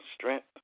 strength